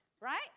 right